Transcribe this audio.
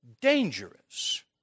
dangerous